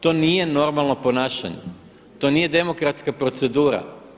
To nije normalno ponašanje, to nije demokratska procedura.